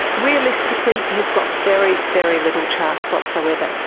realistically you've got very, very little chance whatsoever.